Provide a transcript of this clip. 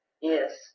Yes